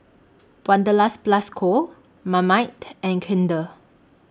Wanderlust Plus Co Marmite and Kinder